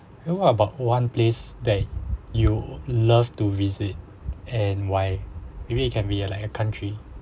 ya what about one place that you love to visit and why maybe it can be a like a country